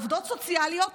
עובדות סוציאליות,